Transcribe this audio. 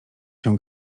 się